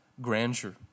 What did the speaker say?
grandeur